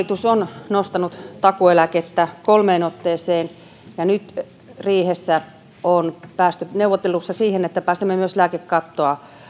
hallitus on nostanut takuueläkettä kolmeen otteeseen ja nyt riihessä on päästy neuvotteluissa siihen että pääsemme myös lääkekattoa